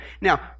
Now